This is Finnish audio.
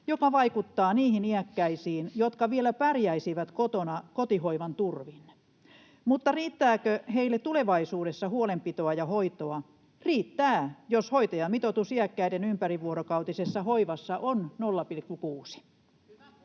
joka vaikuttaa niihin iäkkäisiin, jotka vielä pärjäisivät kotona kotihoivan turvin. Mutta riittääkö heille tulevaisuudessa huolenpitoa ja hoitoa? Riittää, jos hoitajamitoitus iäkkäiden ympärivuorokautisessa hoivassa on 0,6.